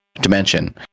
dimension